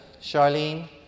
Charlene